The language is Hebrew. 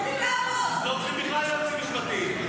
לא צריכים בכלל יועצים משפטיים.